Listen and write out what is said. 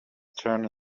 turned